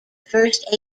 first